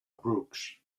brooks